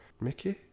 Mickey